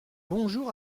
bonjour